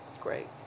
Great